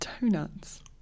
Donuts